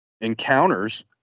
encounters